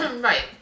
Right